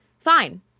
fine